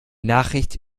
nachricht